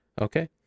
Okay